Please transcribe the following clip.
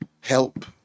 help